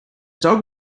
dog